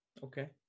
Okay